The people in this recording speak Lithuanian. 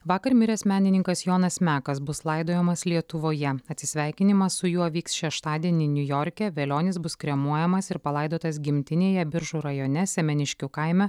vakar miręs menininkas jonas mekas bus laidojamas lietuvoje atsisveikinimas su juo vyks šeštadienį niujorke velionis bus kremuojamas ir palaidotas gimtinėje biržų rajone semeniškių kaime